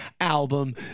album